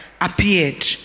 appeared